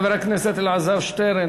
חבר הכנסת אלעזר שטרן,